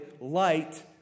light